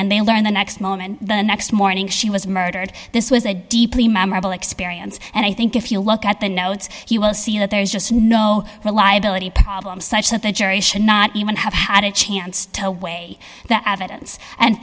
and they learned the next moment the next morning she was murdered this was a deeply memorable experience and i think if you look at the notes you will see that there is just no reliability problems such that the jury should not even have had a chance to weigh that evidence and